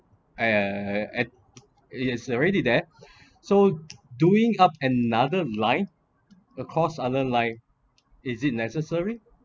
uh at is already there so doing up another line across other line is it necessary